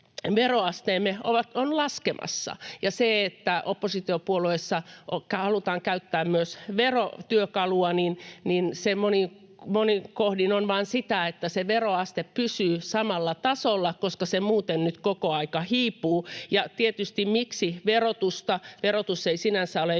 veroasteemme on laskemassa, ja se, että oppositiopuolueissa halutaan käyttää myös verotyökalua, monin kohdin on vain sitä, että se veroaste pysyy samalla tasolla, koska se muuten nyt koko ajan hiipuu. Ja tietysti, miksi verotusta: verotus ei sinänsä ole